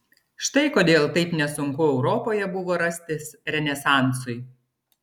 štai kodėl taip nesunku europoje buvo rastis renesansui